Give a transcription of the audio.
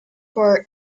for